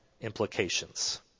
implications